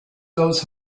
those